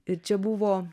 ir čia buvo